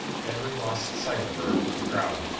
edward lost sight of her in the crowd.